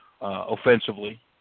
offensively